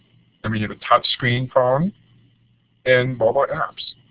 and we have a touchscreen phone and mobile apps.